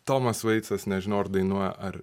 tomas veitsas nežinau ar dainuoja ar